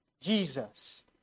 Jesus